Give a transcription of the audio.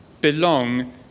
belong